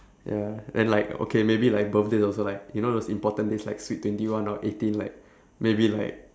ya then like okay maybe like birthdays also like you know those important days like sweet twenty one or eighteen like maybe like